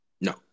No